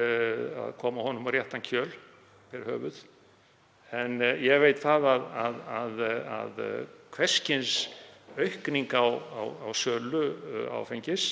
að koma honum á réttan kjöl yfir höfuð, en ég veit að hvers kyns aukning á sölu áfengis